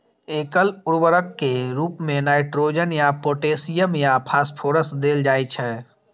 एकल उर्वरक के रूप मे नाइट्रोजन या पोटेशियम या फास्फोरस देल जाइ छै